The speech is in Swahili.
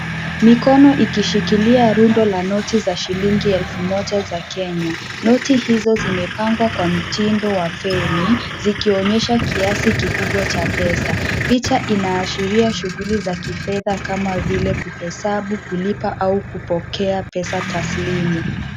Mikono ikishikilia rundo la noti za shilingi elfu moja za Kenya, noti hizo zimepangwa kwa mtindo wa feni zikionyesha kiasi kikubwa cha pesa. Picha inaashiria shughuli za kifedha kama vile kuhesabu, kulipa, au kupokea pesa taslimu.